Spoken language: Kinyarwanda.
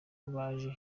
baje